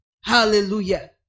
Hallelujah